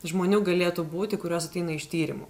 žmonių galėtų būti kurios ateina iš tyrimų